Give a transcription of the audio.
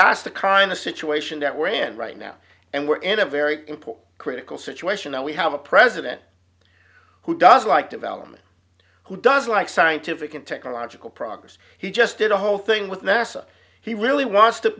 that's the kind of situation that we're in right now and we're in a very important critical situation and we have a president who doesn't like development who doesn't like scientific and technological progress he just did a whole thing with nasa he really wants to